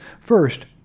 First